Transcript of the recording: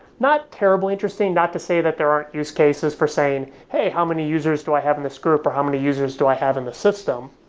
not terribly interesting. not to say that there are use cases per se, and, hey, how many users do i have in this group? or how many users do i have in this system?